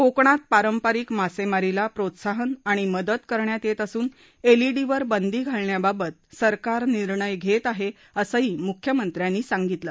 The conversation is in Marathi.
कोकणात पारपारिक मासेमारीला प्रोत्साहन आणि मदत करण्यात येत असून एलईडीवर बंदी घालण्याबाबत सरकार निर्णय घेत आहे असंही मुख्यमंत्र्यांनी सांगितलं